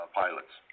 pilots